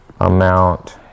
amount